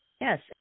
Yes